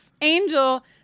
Angel